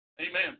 Amen